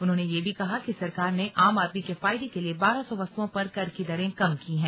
उन्होंने यह भी कहा कि सरकार ने आम आदमी के फायदे के लिए बारह सौ वस्तुओं पर कर की दरें कम की हैं